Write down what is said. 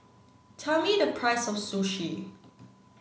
tell me the price of sushi